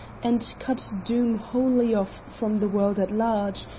and cut doom wholly off from the world at large,